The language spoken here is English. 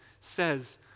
says